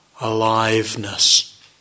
Aliveness